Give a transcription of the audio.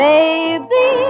Baby